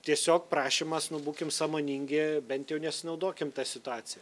tiesiog prašymas nu būkim sąmoningi bent jau nesinaudokim ta situacija